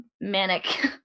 manic